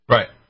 Right